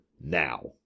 now